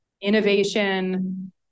innovation